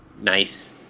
Nice